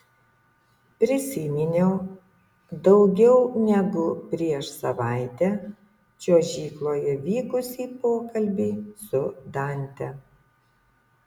prisiminiau daugiau negu prieš savaitę čiuožykloje vykusį pokalbį su dante